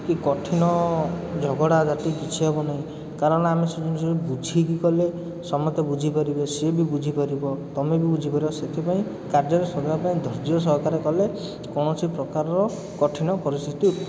କି କଠିନ ଝଗଡ଼ାଝାଟି କିଛି ହେବନାଇଁ କାରଣ ଆମେ ସେ ଜିନିଷକୁ ବୁଝିକି କଲେ ସମସ୍ତେ ବୁଝିପରିବେ ସିଏ ବି ବୁଝିପାରିବ ତୁମେ ବି ବୁଝିପାରିବ ସେଥିପାଇଁ କାର୍ଯ୍ୟରେ ସଦାବେଳେ ଧୈର୍ଯ୍ୟ ସହକାରେ କଲେ କୌଣସି ପ୍ରକାରର କଠିନ ପରିସ୍ଥିତି ଉ